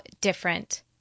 different